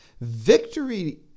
victory